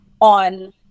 on